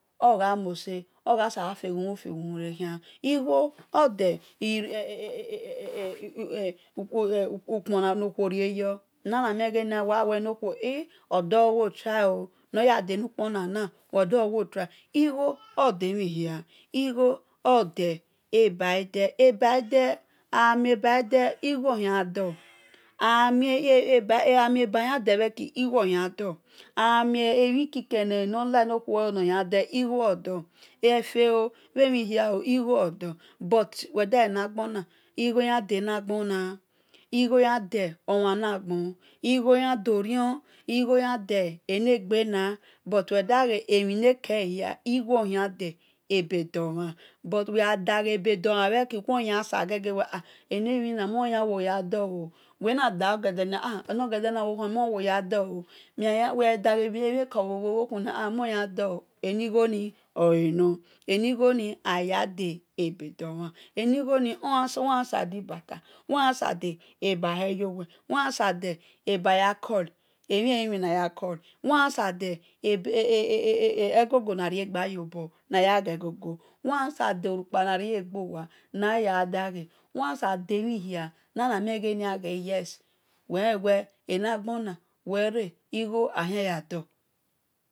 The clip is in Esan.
Ogha mose igho orde ukpon no khuo rie yo enegha nu awe i enokhuona odole owo try ooo no ya da nukpon na nu igho ordemhi hia igho agha mie mie keke no la no kuo elo igho oyandor efe ooo emhihiao igho or dor but enagbona igho yan day nugbona igho ya de omhanagbon igho yan do rion igho ya denagbena but we da gha mhi nakeleya igho oryu de ebedo-mhan weh gha day be̱ domhan bheki wo-sa wel haa enabhi na iyawo ya dor ooo weh na daghor gede-nia haa enoyede na owo humam weh gha daghe whio ko nia wi we̱ hah moyan dor ooo eni gho ni oi nor ighoni aya debedomhan ighoni waya sabo di baba wor yan sabor di egogo na negba yo bo wor ya sabo do rukpha naria ye gbow wor ya subo dey mhi hia na mie weh gbe yes enagbonu we̱ re igho ayhiayado